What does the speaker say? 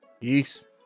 Peace